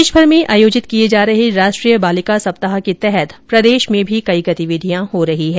देशभर में आयोजित किए जा रहे राष्ट्रीय बालिका सप्ताह के तहत प्रदेश में भी कई गतिविधियां हो रही हैं